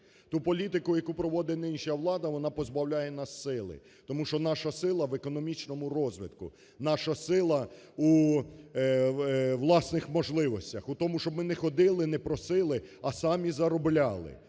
ту політику, яку проводить нинішня влада, вона позбавляє нас сили. Тому що наша сила в економічному розвитку, наша сила у власних можливостях, у тому, щоб ми не ходили, не просили, а самі заробляли